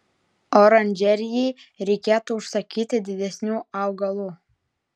oranžerijai reikėtų užsakyti didesnių augalų